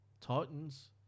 Titans